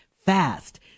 fast